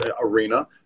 arena